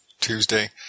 Tuesday